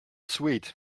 sweet